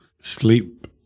sleep